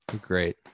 great